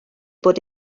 bod